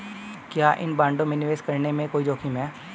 क्या इन बॉन्डों में निवेश करने में कोई जोखिम है?